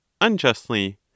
unjustly